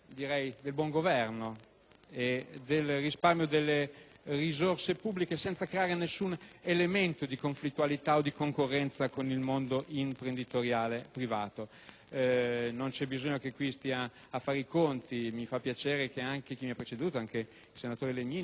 e del risparmio delle risorse pubbliche, senza creare alcun elemento di conflittualità o di concorrenza con il mondo imprenditoriale privato. Non c'è bisogno che stia qui a fare i conti. Mi fa piacere che anche il senatore Legnini che mi ha preceduto, concordi sul merito del